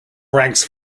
ranks